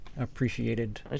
appreciated